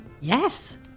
Yes